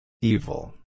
Evil